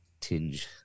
tinge